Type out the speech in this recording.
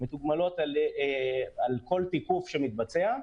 על כל תיקוף שמתבצע,